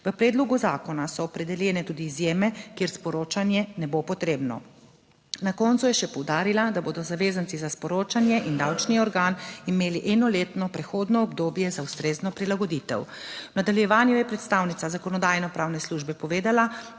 V predlogu zakona so opredeljene tudi izjeme, kjer sporočanje ne bo potrebno. Na koncu je še poudarila, da bodo zavezanci za sporočanje in davčni organ imeli enoletno prehodno obdobje za ustrezno prilagoditev. V nadaljevanju je predstavnica Zakonodajno-pravne službe povedala,